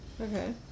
Okay